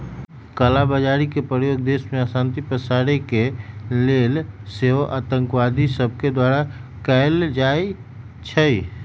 कला बजारी के प्रयोग देश में अशांति पसारे के लेल सेहो आतंकवादि सभके द्वारा कएल जाइ छइ